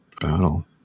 battle